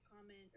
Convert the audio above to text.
comment